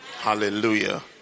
Hallelujah